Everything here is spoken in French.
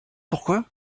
pourquoi